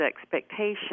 expectation